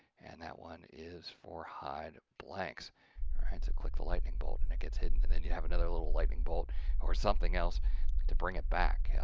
and that one is for hideblanks. alright, so click the lightning bolt, and it gets hidden, and then you have another little lightning bolt or something else to bring it back, yeah